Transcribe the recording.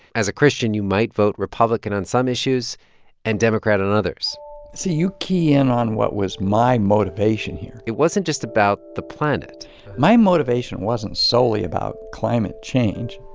as a christian, you might vote republican on some issues and democrat on and others see, you key in on what was my motivation here it wasn't just about the planet my motivation wasn't solely about climate change.